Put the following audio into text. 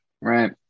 Right